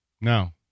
No